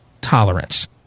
tolerance